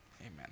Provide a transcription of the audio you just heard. Amen